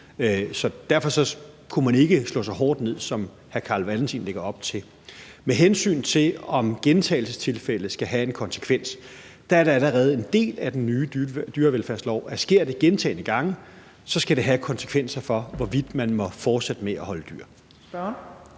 derfor kunne man ikke slå så hårdt ned på det, som hr. Carl Valentin lægger op til. Med hensyn til om gentagelsestilfælde skal have en konsekvens, er der allerede en del af den nye dyrevelfærdslov, der siger, at sker det gentagne gange, skal det have konsekvenser for, hvorvidt man må fortsætte med at holde dyr.